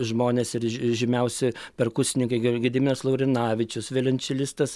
žmonės ir žymiausi perkusininkai gediminas laurinavičius violončelistas